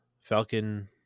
Falcon